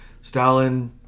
Stalin